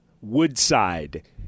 Woodside